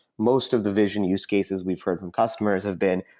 most of the vision use cases we've heard from customers have been,